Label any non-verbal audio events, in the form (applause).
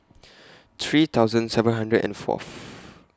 (noise) three thousand seven hundred and Fourth